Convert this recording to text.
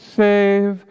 save